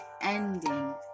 ending